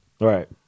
Right